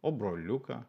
o broliuką